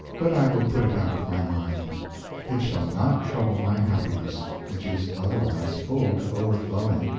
but i will put it out of my mind it shall not trouble my happiness, which is otherwise full to overflowing.